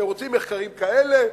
אתם רוצים מחקרים כאלה,